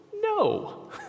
no